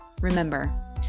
Remember